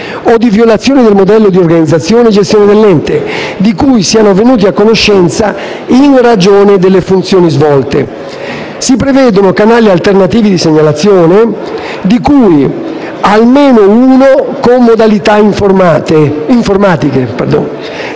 o di violazioni del modello di organizzazione e gestione dell'ente, di cui siano venuti a conoscenza in ragione delle funzioni svolte. Si prevedono canali alternativi di segnalazione, di cui almeno uno idoneo a garantire,